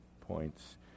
points